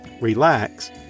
relax